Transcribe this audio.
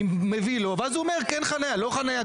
אני מביא לו ואז הוא אומר כן חניה לא חניה.